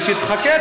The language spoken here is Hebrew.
תחכה,